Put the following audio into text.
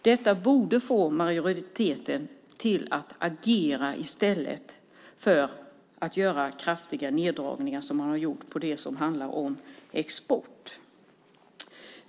Detta borde få majoriteten att agera i stället för att göra kraftiga neddragningar, som man har gjort när det gäller export.